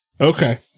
Okay